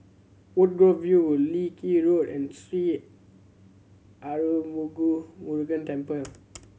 Woodgrove View Leng Kee Road and Sri Arulmigu Murugan Temple